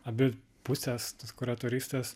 abi pusės tos kuratorystės